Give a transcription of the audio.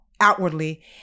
outwardly